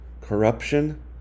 corruption